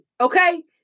okay